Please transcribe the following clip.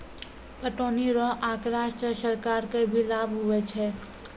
पटौनी रो आँकड़ा से सरकार के भी लाभ हुवै छै